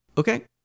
Okay